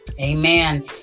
Amen